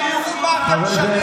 שיראו מה אתם